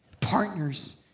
partners